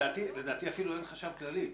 לדעתי, אפילו אין חשב כללי.